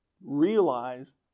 realize